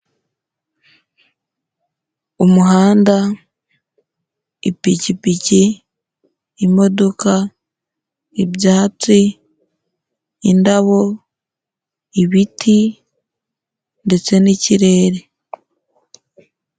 Umuhanda, ipikipiki, imodoka, ibyatsi, indabo, ibiti ndetse n'ikirere.